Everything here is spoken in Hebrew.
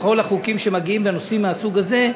בכל החוקים שמגיעים בנושאים מהסוג הזה,